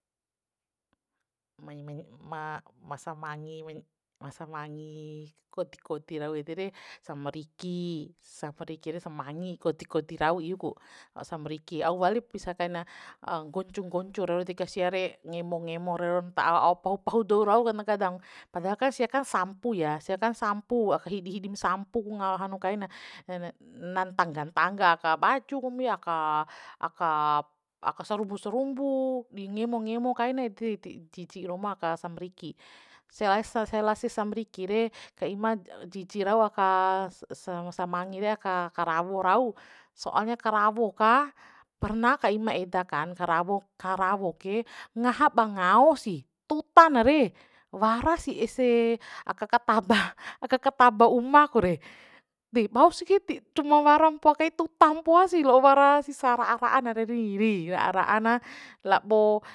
ma ma samangi ma samangi kodi kodi rau ede re sambariki sampariki re samangi kodi kodi rau iu ku sambriki au walip misa kaina nggoncu nggoncu rau deka sia re ngemo ngemo reon ta awa aop pahu pahu dou rau kadang padaha kan sia kan sampu ya siakan sampu aka hidi hidi ma sampu ku nga hanu kai na na ntangga ntangga aka baju komi aka aka sarubu sarumbu di ngemo ngemo kain ede de jiji romoa aka samriki sela si sambriki re ka ima jiji rau aka samangi re aka karawo rau soalnya karawo ka perna ka ima eda kan karawo karawo ke ngaha ba ngao sih tutan na re wara sih ese aka kataba aka kataba uma ku re de bausih ke cou wara mpoa kai tutam mpoa sih lao wara sisa ra'a ra'a na reni ra'ana labo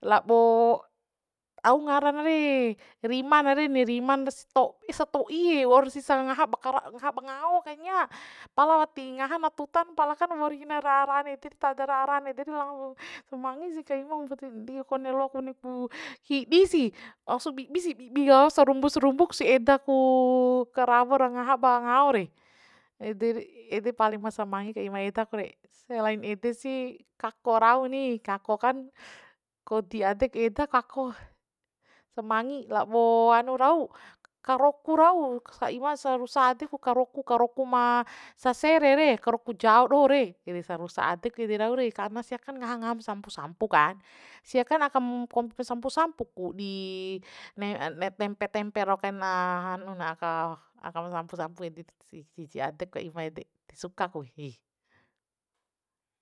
labo au ngarana re rima na reni riman stoi sto'i waur sisa ngaha ba ngaha ba ngao kanya pala wati ngahan tutan pala kan waur hina ra tada ra ran ede de samangi sih ka ima kone lo kone ku hibi si bibi sih bibi sarumbu sarumbuk sih eda ku karawo ra ngaha ba ngao re ede ede paling ma samangi ka ima edaku re selain ede si kako rau ni kako kan kodi adek eda kako samangi lab'o hanu rau karoku rau ka ima sarusa ade ku karoku karoku ma sa se re re karoku jao doho re ede sarusa adek ere rau re karna sia kan ngaha ngaha msampu sampu kan sia kan aka kompe sampu sampu ku di tempe tempe ro kaina hanuna aka sampu sampu ede jiji adek ka ima ede ti sukak ku